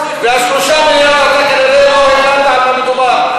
וה-3 מיליארד, אתה כנראה לא הבנת על מה מדובר.